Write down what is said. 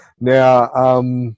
Now